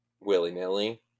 willy-nilly